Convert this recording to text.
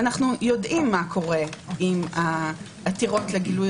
ואנו יודעים כבר מה קורה עם העתירות לגילוי